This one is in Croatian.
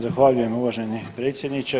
Zahvaljujem uvaženi predsjedniče.